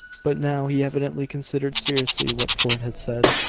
but now he evidently considered seriously what fort had said.